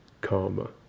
karma